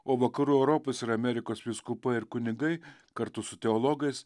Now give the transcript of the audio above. o vakarų europos ir amerikos vyskupai ir kunigai kartu su teologais